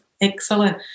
Excellent